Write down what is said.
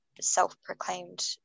self-proclaimed